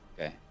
Okay